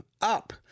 up